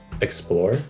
explore